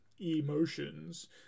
emotions